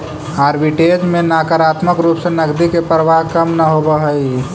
arbitrage में नकारात्मक रूप से नकदी के प्रवाह कम न होवऽ हई